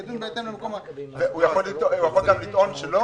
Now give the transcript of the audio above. ידון בהתאם למקום הוא יכול לטעון שלא?